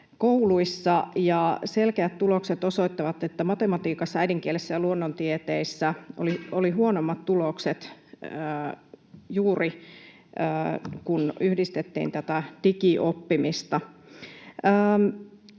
kouluissa. Selkeät tulokset osoittavat, että matematiikassa, äidinkielessä ja luonnontieteissä oli huonommat tulokset juuri silloin, kun yhdistettiin tätä digioppimista.